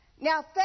Now